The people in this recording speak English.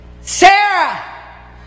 Sarah